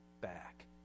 back